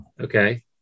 Okay